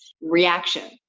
reaction